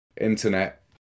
internet